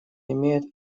имеет